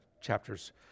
chapters